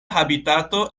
habitato